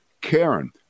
Karen